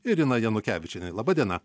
irina janukevičienė laba diena